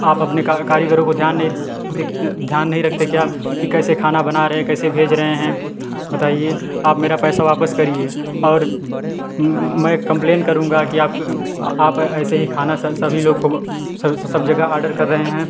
आप अपने कारीगरों को ध्यान नहीं ध्यान नहीं रखते क्या कि कैसे खाना बना रहे कैसे भेज रहे हैं बताइए आप मेरा पैसा वापस करिए और मैं कम्प्लेन करूँगा कि आपके आप ऐसे ही खाना सभी लोग को सब जगह आडर कर रहे हैं